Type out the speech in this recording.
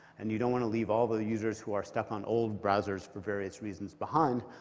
and you don't want to leave all the users who are stuck on old browsers for various reasons behind.